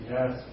Yes